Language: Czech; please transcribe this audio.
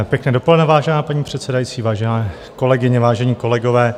Pěkné dopoledne, vážená paní předsedající, vážené kolegyně, vážení kolegové.